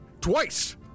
Twice